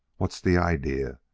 what's the idea?